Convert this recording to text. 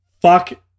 fuck